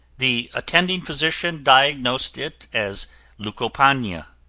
the attending physician diagnosed it as leucopania.